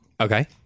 Okay